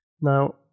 Now